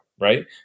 right